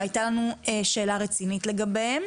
שהייתה לנו שאלה רצינית לגביה.